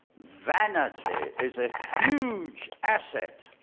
vanity is a huge asset.